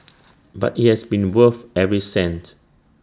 but IT has been worth every cent